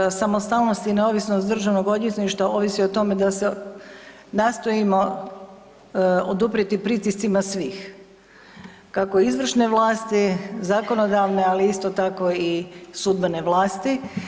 Prije svega samostalnost i neovisnost državnog odvjetništva ovisi o tome da se nastojimo oduprijeti pritiscima svih, kako izvršne vlasti, zakonodavne, ali isto tako i sudbene vlasti.